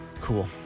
cool